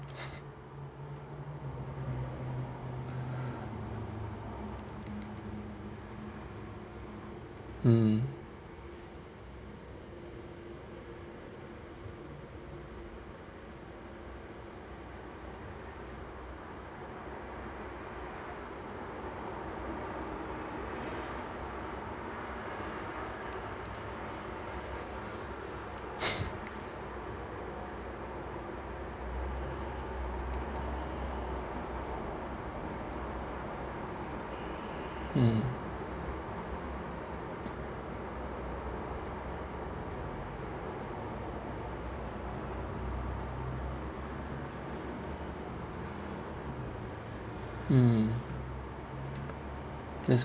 mmhmm mmhmm mmhmm